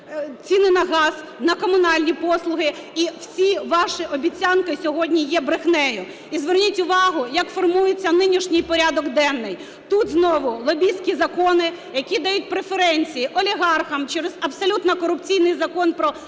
ціни на газ, на комунальні послуги, і всі ваші обіцянки сьогодні є брехнею. І зверніть увагу, як формується нинішній порядок денний. Тут знову лобістські закони, які дають преференції олігархам через абсолютно корупційний Закон про